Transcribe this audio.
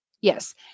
Yes